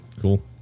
cool